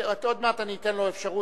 עוד מעט אני אתן לו אפשרות,